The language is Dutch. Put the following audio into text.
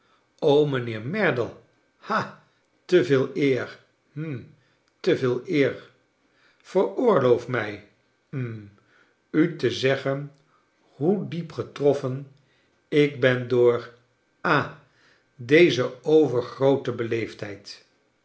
mijnheer merdle ha te veel eer hm te veel eer veroorloof mij hm u te zeggen hoe diep getroffen ik ben door ha deze overgroote